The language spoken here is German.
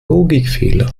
logikfehler